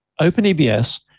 OpenEBS